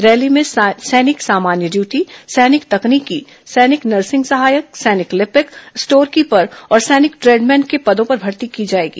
rally में सैनिक सामान्य ड्यूटी सैनिक तकनीकी सैनिक नर्सिंग सहायक सैनिक लिपिक स्टोर कीपर और सैनिक ट्रैड मैन के पदों पर भर्ती की जाएगी